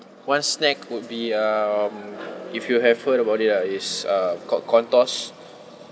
one snack would be um if you have heard about it ah is uh called corntos